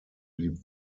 blieb